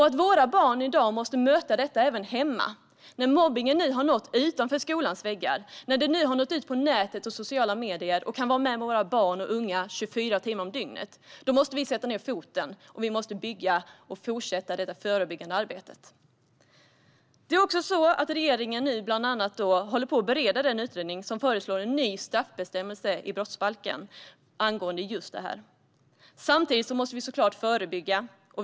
Att våra barn i dag måste möta detta även hemma, när mobbningen har nått utanför skolans väggar, när den har nått ut på nätet och sociala medier och kan nå våra barn och unga 24 timmar om dygnet, innebär att vi måste sätta ned foten och fortsätta det förebyggande arbetet. Regeringen bereder nu den utredning där det föreslås en ny straffbestämmelse i brottsbalken om mobbning. Samtidigt måste vi såklart förebygga.